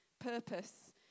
purpose